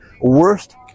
worst